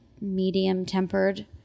medium-tempered